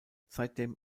seitdem